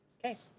okay.